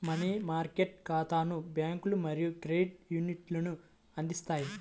money market ఖాతాలను బ్యాంకులు మరియు క్రెడిట్ యూనియన్లు అందిస్తాయి